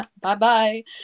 bye-bye